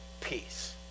peace